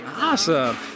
Awesome